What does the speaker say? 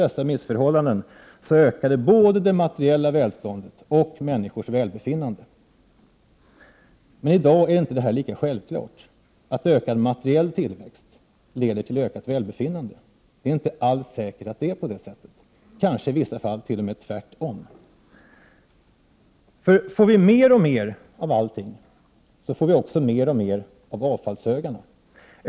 1988/89:59 dessa missförhållanden, så ökade både det materiella välståndet och 1februari 1989 människors välbefinnande. Men i dag är inte detta lika självklart. Det är inte alls säkert att ökad materiell tillväxt leder till ökat välbefinnande. Det är kanske i vissa fall tvärtom. Får vi mer och mer av allting, får vi också mer och mer av avfallshögarna.